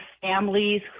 families